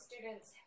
students